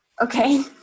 Okay